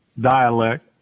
dialect